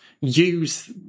use